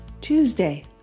Tuesday